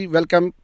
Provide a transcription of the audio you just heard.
Welcome